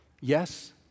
Yes